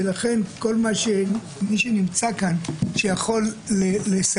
ולכן כל מי שנמצא כאן ויכול לסייע